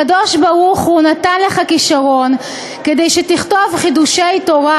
הקדוש-ברוך-הוא נתן לך כישרון כדי שתכתוב חידושי תורה,